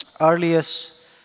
earliest